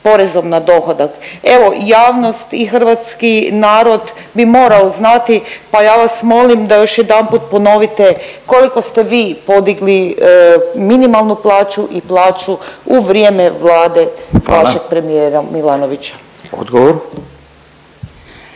Evo javnost i hrvatski narod bi morao znati pa ja vas molim da još jedanput ponovite koliko ste vi podigli minimalnu plaću i plaću u vrijeme vlade vašeg …/Upadica Radin: